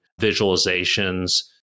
visualizations